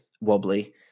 Wobbly